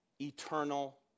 eternal